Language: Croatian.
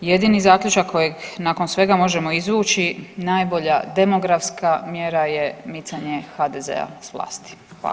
Jedini zaključak kojeg nakon svega možemo izvući najbolja demografska mjera je micanje HDZ-a s vlasti.